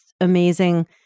amazing